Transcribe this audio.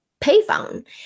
payphone